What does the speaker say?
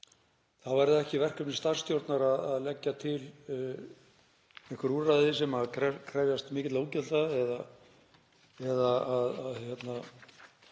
þá er það ekki verkefni starfsstjórnar að leggja til einhver úrræði sem krefjast mikilla útgjalda eða að